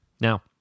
Now